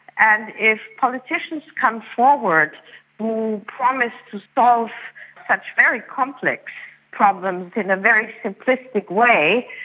and if politicians come forward who promise to solve such very complex problems in a very simplistic way,